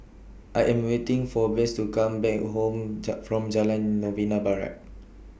I Am waiting For Bess to Come Back Home from Jalan Novena Barat